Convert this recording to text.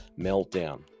meltdown